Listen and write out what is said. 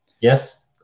Yes